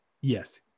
Yes